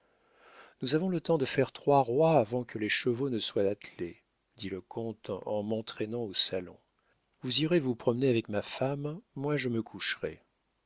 nous avons le temps de faire trois rois avant que les chevaux ne soient attelés dit le comte en m'entraînant au salon vous irez vous promener avec ma femme moi je me coucherai